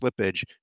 slippage